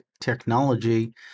technology